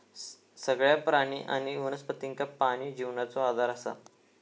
सगळ्या प्राणी आणि वनस्पतींका पाणी जिवनाचो आधार असा